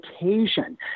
occasion